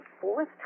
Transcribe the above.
fourth